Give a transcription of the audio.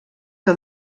que